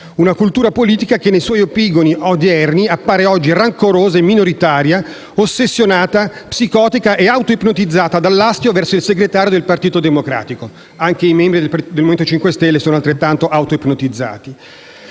Una cultura politica che nei suoi epigoni odierni appare oggi rancorosa e minoritaria, ossessionata, psicotica e autoipnotizzata dall'astio verso il Segretario del Partito democratico. Anche i membri del Movimento 5 Stelle sono altrettanto autoipnotizzati.